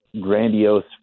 grandiose